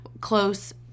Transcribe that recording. close